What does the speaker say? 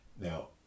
Now